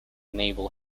naval